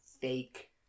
fake